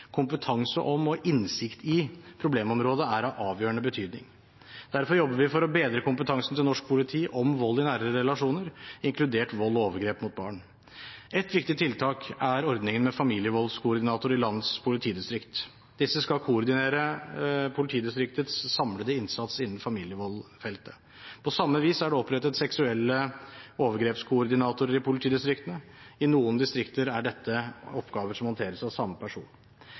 Kompetanse om og innsikt i problemområdet er av avgjørende betydning. Derfor jobber vi for å bedre kompetansen til norsk politi om vold i nære relasjoner, inkludert vold og overgrep mot barn. Et viktig tiltak er ordningen med familievoldskoordinatorer i landets politidistrikt. Disse skal koordinere politidistriktets samlede innsats innen familievoldsfeltet. På samme vis er det opprettet koordinatorer for seksuelle overgrep i politidistriktene. I noen distrikter er dette oppgaver som håndteres av samme person.